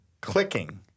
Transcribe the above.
Clicking